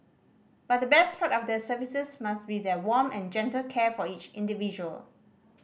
but the best part of their services must be their warm and gentle care for each individual